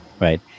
right